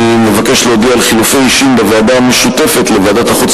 אני מבקש להודיע על חילופי אישים בוועדה המשותפת לוועדת החוץ